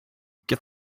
get